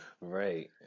right